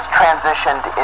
transitioned